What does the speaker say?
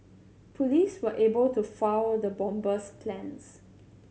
police were able to foil the bomber's plans